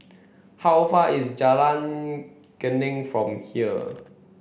how far away is Jalan Geneng from here